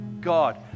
God